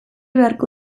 beharko